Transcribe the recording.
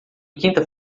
quinta